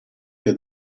che